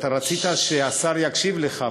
אתה רצית שהשר יקשיב לך,